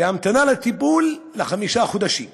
והמתנה לטיפול לחמישה חודשים.